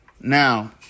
Now